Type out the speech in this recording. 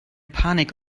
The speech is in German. panik